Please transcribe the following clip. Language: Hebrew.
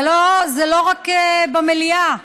זה לא רק במליאה: